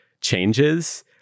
changes